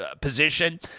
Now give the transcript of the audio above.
position